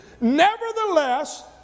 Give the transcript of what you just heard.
Nevertheless